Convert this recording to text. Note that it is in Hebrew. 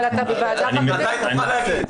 אני לא יכול להגיד לך את המספר כרגע בדיון בוועדה.